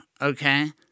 okay